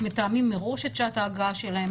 מתאמים מראש את שעת ההגעה שלהם,